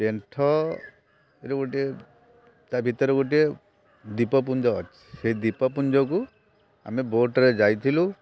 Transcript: ପେଣ୍ଠରେ ଗୋଟିଏ ତା' ଭିତରେ ଗୋଟିଏ ଦ୍ଵୀପପୁଞ୍ଜ ଅଛି ସେ ଦ୍ୱୀପପୁଞ୍ଜକୁ ଆମେ ବୋଟ୍ରେ ଯାଇଥିଲୁ